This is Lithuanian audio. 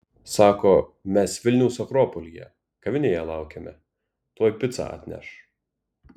sako mes vilniaus akropolyje kavinėje laukiame tuoj picą atneš